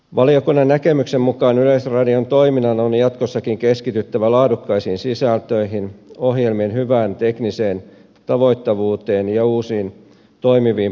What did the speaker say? valiokunnan näkemyksen mukaan yleisradion toiminnan on jatkossakin keskityttävä laadukkaisiin sisältöihin ohjelmien hyvään tekniseen tavoittavuuteen ja uusiin toimiviin palveluihin